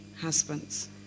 husbands